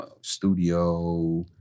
studio